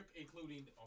including